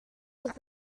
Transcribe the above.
was